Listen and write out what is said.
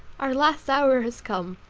our last hour has come.